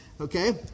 okay